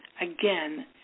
again